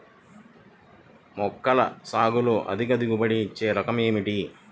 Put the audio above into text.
మొలకల సాగులో అధిక దిగుబడి ఇచ్చే రకం ఏది?